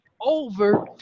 over